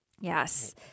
Yes